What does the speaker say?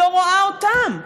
לא רואה אותם.